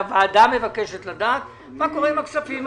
הוועדה מבקשת לדעת מה קורה עם הכספים האלה.